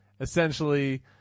Essentially